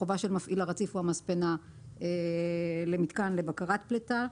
החובה של מפעיל הרציף או המספנה למתקן לבקרת פלטה,